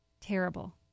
terrible